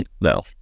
No